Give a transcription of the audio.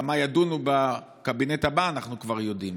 גם מה ידונו בקבינט הבא אנחנו כבר יודעים.